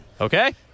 Okay